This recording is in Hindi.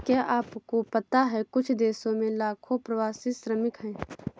क्या आपको पता है कुछ देशों में लाखों प्रवासी श्रमिक हैं?